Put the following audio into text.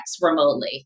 remotely